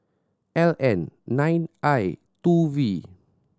L N nine I two V